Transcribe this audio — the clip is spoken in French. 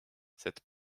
cette